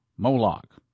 Moloch